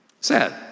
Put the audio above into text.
Sad